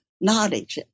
knowledge